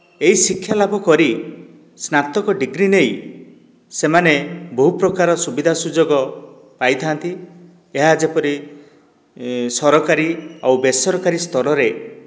ଏହି ଶିକ୍ଷା ଲାଭ କରି ସ୍ନାତକ ଡିଗ୍ରୀ ନେଇ ସେମାନେ ବହୁ ପ୍ରକାର ସୁବିଧା ସୁଯୋଗ ପାଇଥାନ୍ତି ଏହା ଯେପରି ସରକାରୀ ଆଉ ବେସରକାରୀ ସ୍ଥରରେ